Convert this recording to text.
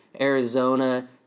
Arizona